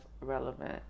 relevant